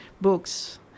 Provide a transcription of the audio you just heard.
books